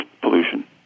pollution